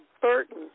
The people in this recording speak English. Burton